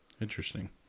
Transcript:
Interesting